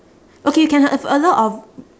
okay you can have a lot of